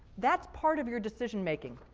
that's part of your decision making.